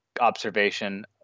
observation